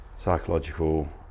psychological